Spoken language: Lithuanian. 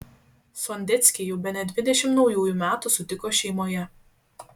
sondeckiai jau bene dvidešimt naujųjų metų sutiko šeimoje